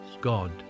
God